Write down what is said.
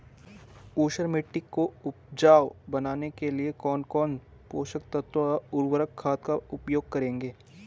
ऊसर मिट्टी को उपजाऊ बनाने के लिए कौन कौन पोषक तत्वों व उर्वरक खाद का उपयोग करेंगे?